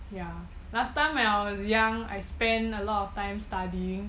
ya last time when I was young I spend a lot of time studying